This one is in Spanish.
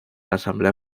asamblea